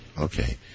Okay